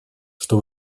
что